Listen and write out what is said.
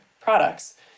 products